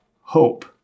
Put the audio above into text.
hope